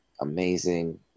amazing